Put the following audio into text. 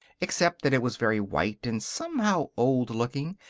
except that it was very white and, somehow, old-looking,